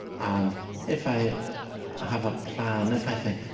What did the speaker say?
and if i have a plan, if i think,